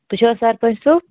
تُہۍ چھِو حظ سرپَنچ صٲب